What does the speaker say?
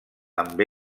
amb